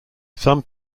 some